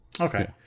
Okay